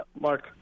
Mark